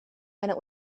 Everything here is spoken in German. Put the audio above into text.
einer